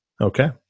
Okay